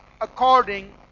according